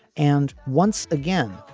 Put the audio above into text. and once again,